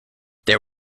there